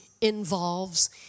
involves